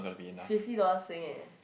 fifty dollars sing eh